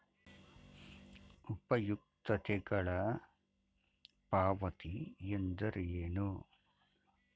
ಉಪಯುಕ್ತತೆಗಳ ಪಾವತಿ ಎಂದರೇನು?